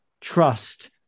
trust